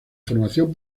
formación